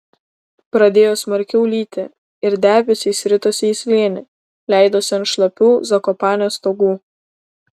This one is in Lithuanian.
pradėjo smarkiau lyti ir debesys ritosi į slėnį leidosi ant šlapių zakopanės stogų